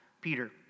Peter